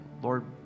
Lord